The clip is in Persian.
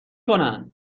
کنن